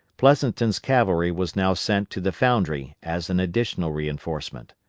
pleansonton's cavalry was now sent to the foundry as an additional reinforcement.